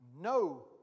no